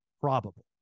probable